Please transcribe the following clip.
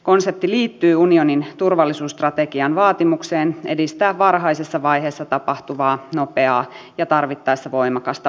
konsepti liittyy unionin turvallisuusstrategian vaatimukseen edistää varhaisessa vaiheessa tapahtuvaa nopeaa ja tarvittaessa voimakasta väliintuloa